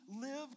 live